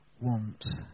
want